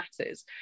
matters